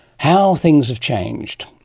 how things have changed.